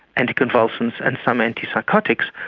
anticonvulsants and some antipsychotics,